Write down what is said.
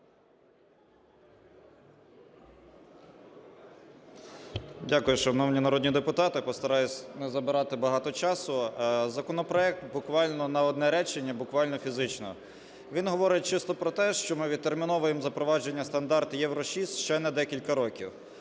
Дякую. Шановні народні депутати, постараюся не забирати багато часу. Законопроект, буквально, на одне речення, буквально, фізично. Він говорить чисто про те, що ми відтерміновуємо запровадження стандарт "Євро-6" ще на декілька років.